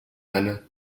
ana